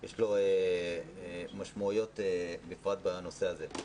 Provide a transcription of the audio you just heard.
יש לו משמעויות בפרט בנושא הזה.